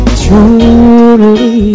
truly